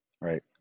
Right